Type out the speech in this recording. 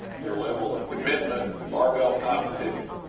your level of commitment to barbell competition,